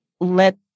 let